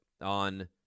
on